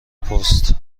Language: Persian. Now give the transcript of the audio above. پست